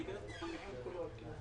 אנחנו מייצגים מבוטחים,